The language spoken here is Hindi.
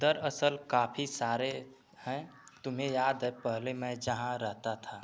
दरअसल काफ़ी सारे हैं तुम्हें याद है पहले मैं जहाँ रहता था